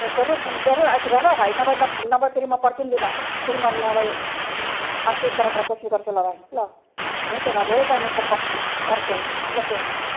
र जरुर जरुर आइपुग ल भाइ नभए नभए फेरि म पर्खिँदिन फेरि म नभए अर्कै तरफबाट कोसिस गर्छु ल भाइ ल हुन्छ म धेरै टाइममा पस् पर्खेँ ओके